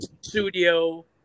studio